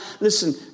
Listen